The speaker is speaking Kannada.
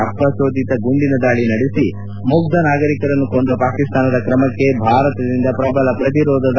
ಅಪ್ರಚೋದಿತ ಗುಂಡಿನ ದಾಳಿ ನಡೆಸಿ ಮುಗ್ಗ ನಾಗರಿಕರನ್ನು ಕೊಂದ ಪಾಕಿಸ್ತಾನದ ಕ್ರಮಕ್ಕೆ ಭಾರತದಿಂದ ಪ್ರಬಲ ಪ್ರತಿರೋಧ ದಾಖಲು